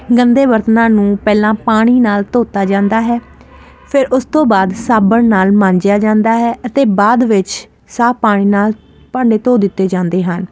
ਗੰਦੇ ਬਰਤਨਾਂ ਨੂੰ ਪਹਿਲਾਂ ਪਾਣੀ ਨਾਲ ਧੋਤਾ ਜਾਂਦਾ ਹੈ ਫਿਰ ਉਸ ਤੋਂ ਬਾਅਦ ਸਾਬਣ ਨਾਲ ਮਾਂਜਿਆ ਜਾਂਦਾ ਹੈ ਅਤੇ ਬਾਅਦ ਵਿੱਚ ਸਾਫ ਪਾਣੀ ਨਾਲ ਭਾਂਡੇ ਧੋ ਦਿੱਤੇ ਜਾਂਦੇ ਹਨ